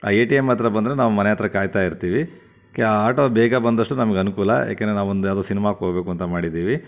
ಆ A T M ಹತ್ತಿರ ಬಂದರೆ ನಾವು ಮನೆ ಹತ್ತಿರ ಕಾಯ್ತಾ ಇರ್ತೀವಿ ಆಟೋ ಬೇಗ ಬಂದಷ್ಟು ನಮಗೆ ಅನುಕೂಲ ಯಾಕಂದ್ರೆ ನಮಗೆ ಯಾವುದೋ ಒಂದು ಸಿನಿಮಾಗೆ ಹೋಗ್ಬೇಕಂತ ಮಾಡಿದ್ದೀವಿ